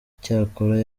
icyakora